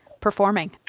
performing